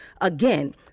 Again